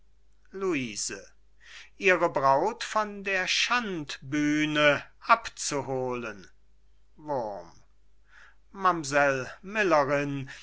luise ihre braut von der schaubühne abzuholen